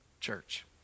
church